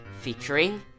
featuring